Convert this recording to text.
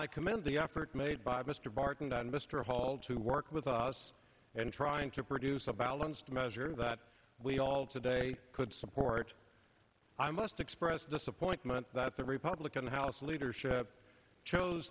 i commend the efforts made by mr barton down mr hall to work with us and trying to produce a balanced measure that we all today could support i must express disappointment that the republican house leadership chose